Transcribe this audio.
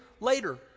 later